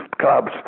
clubs